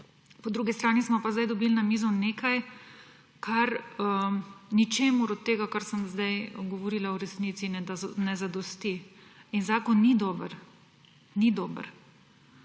Po drugi strani pa smo sedaj dobili na mizo nekaj, kar ničemur od tega, o čemer sem sedaj govorila, v resnici ne zadosti. In zakon ni dober, ni dober.